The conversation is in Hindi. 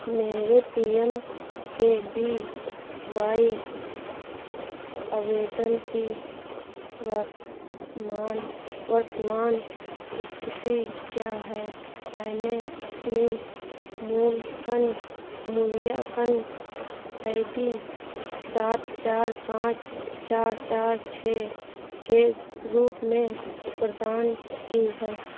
मेरे P M K V Y आवेदन की वर्तमान इस्थिति क्या है मैंने अपनी मूल्यान्कन आई डी सात चार पाँच चार चार छह के रूप में प्रदान की